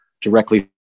directly